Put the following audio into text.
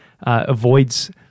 avoids